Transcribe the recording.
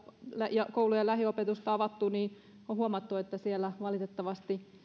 ja koulujen lähiopetusta on avattu niin on huomattu että siellä valitettavasti